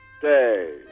day